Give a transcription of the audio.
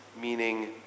meaning